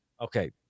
Okay